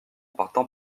partant